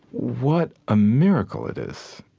what a miracle it is,